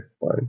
fine